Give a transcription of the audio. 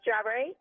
Strawberry